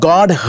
God